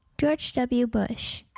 george w bush